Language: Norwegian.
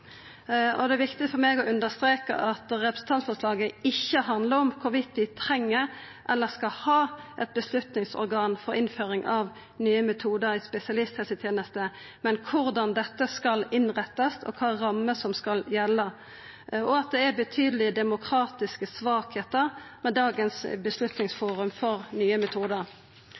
Det er viktig for meg å understreka at representantforslaget ikkje handlar om vi treng eller skal ha eit beslutningsorgan for innføring av nye metodar i spesialisthelstenesta, men korleis dette skal innrettast, og kva rammer som skal gjelda, og at det er betydelege demokratiske svakheiter ved dagens Beslutningsforum for nye metodar.